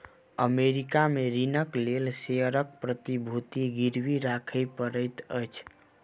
America में ऋणक लेल शेयरक प्रतिभूति गिरवी राखय पड़ैत अछि